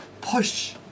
push